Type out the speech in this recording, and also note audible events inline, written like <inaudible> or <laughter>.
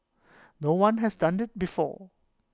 no one has done <unintelligible> before